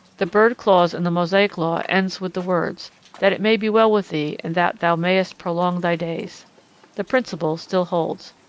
the bird clause in the mosaic law ends with the words that it may be well with thee, and that thou mayest prolong thy days the principle still holds.